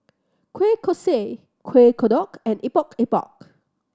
kueh kosui Kuih Kodok and Epok Epok